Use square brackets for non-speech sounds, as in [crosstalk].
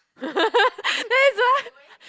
[laughs] that is why